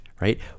right